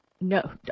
No